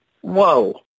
whoa